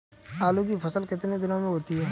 आलू की फसल कितने दिनों में होती है?